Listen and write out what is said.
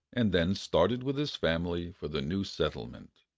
and then started with his family for the new settlement.